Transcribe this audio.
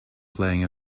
playing